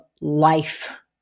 life